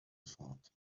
thought